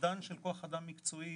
אובדן של כוח אדם מקצועי